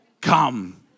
Come